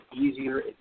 easier